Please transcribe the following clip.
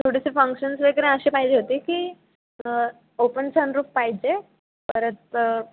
थोडेसे फंक्शन्स वगैरे असे पाहिजे होते की ओपन सन रूफ पाहिजे परत